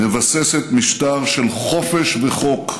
מבססת משטר של חופש וחוק,